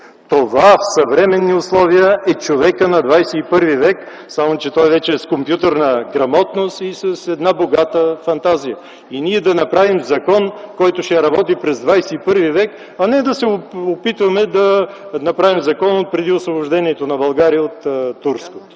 това в съвременните условия е човекът на ХХІ век, само че той вече е с компютърна грамотност и с една богата фантазия. И ние трябва да направим закон, който ще работи през ХХІ век, а не да се опитваме да правим закон за отпреди Освобождението на България от турско.